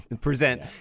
present